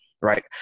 Right